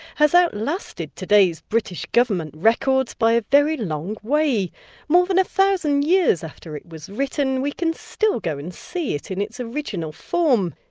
has out-lasted today's british government records by a very long way more than a one thousand years after it was written, we can still go and see it in its original form.